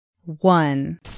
One